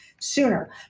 sooner